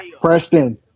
Preston